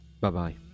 Bye-bye